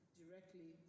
directly